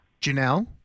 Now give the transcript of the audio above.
Janelle